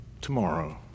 tomorrow